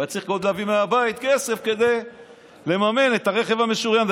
הוא היה צריך עוד להביא מהבית כסף כדי לממן את הרכב המשוריין.